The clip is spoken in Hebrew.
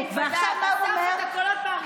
אסף את הקולות מהרצפה.